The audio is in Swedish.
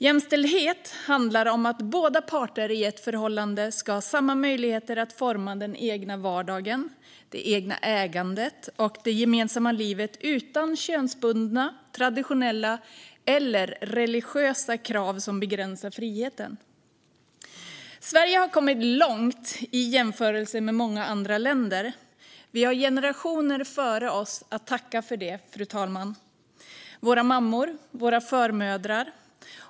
Jämställdhet handlar om att båda parter i ett förhållande ska ha samma möjligheter att forma den egna vardagen, det egna ägandet och det gemensamma livet, utan könsbundna, traditionella eller religiösa krav som begränsar friheten. Sverige har kommit långt i jämförelse med många andra länder. Vi har generationer före oss att tacka för det, fru talman - våra mammor och våra förmödrar.